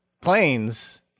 planes